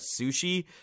sushi